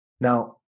Now